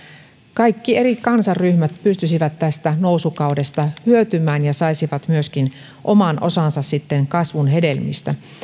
kaikki eri kansanryhmät pystyisivät tästä nousukaudesta hyötymään ja saisivat sitten myöskin oman osansa kasvun hedelmistä